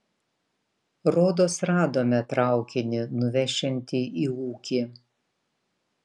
rodos radome traukinį nuvešiantį į ūkį